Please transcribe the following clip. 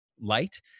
light